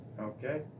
Okay